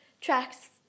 tracks